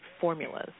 formulas